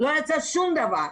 לא יצא שום דבר.